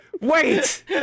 Wait